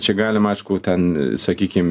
čia galima aišku ten sakykim